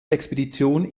expedition